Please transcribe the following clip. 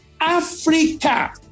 Africa